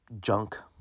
junk